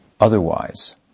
otherwise